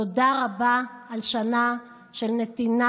תודה רבה על שנה של נתינה,